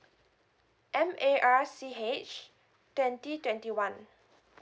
M A R C H twenty twenty one